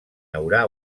haurà